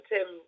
Tim